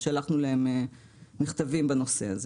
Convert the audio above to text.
שלחנו להם מכתבים בנושא הזה.